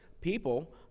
people